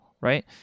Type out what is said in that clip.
right